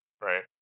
right